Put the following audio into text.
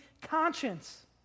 conscience